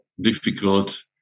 difficult